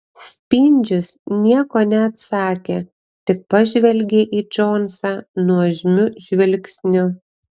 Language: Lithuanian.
spindžius nieko neatsakė tik pažvelgė į džonsą nuožmiu žvilgsniu